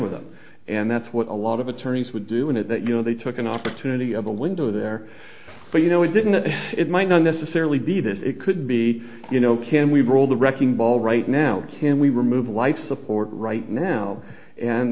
with them and that's what a lot of attorneys were doing at that you know they took an opportunity of a window there but you know it didn't and it might not necessarily be this it could be you know can we roll the wrecking ball right now to him we remove life support right now and